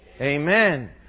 Amen